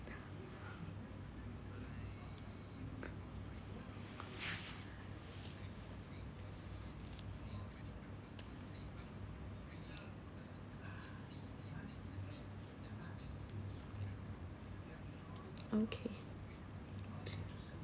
okay